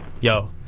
yo